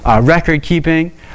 record-keeping